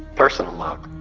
personal log.